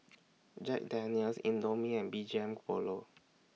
Jack Daniel's Indomie and B G M Polo